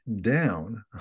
down